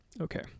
Okay